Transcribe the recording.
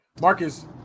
Marcus